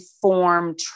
form